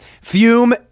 fume